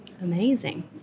Amazing